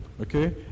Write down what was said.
okay